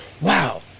wow